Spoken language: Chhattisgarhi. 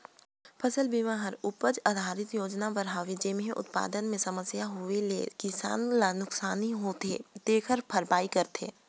फसल बिमा हर उपज आधरित योजना बर हवे जेम्हे उत्पादन मे समस्या होए ले किसान ल नुकसानी होथे तेखर भरपाई करथे